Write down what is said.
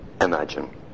imagine